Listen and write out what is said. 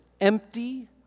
empty